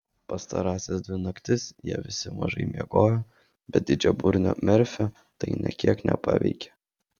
pastarąsias dvi naktis jie visi mažai miegojo bet didžiaburnio merfio tai nė kiek nepaveikė